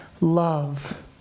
love